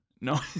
No